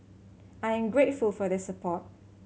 I am grateful for their support